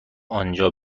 آنجا